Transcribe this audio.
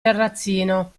terrazzino